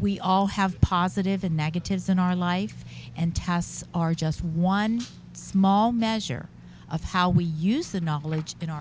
we all have positive and negatives in our life and tasks are just one small measure of how we use the knowledge in our